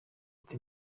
ati